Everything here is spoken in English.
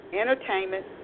entertainment